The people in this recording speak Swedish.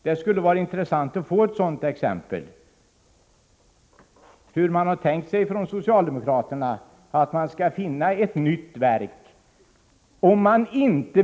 Det skulle vara intressant att få ett exempel på sådana verk.